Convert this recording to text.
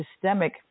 systemic